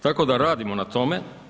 Tako da radimo na tome.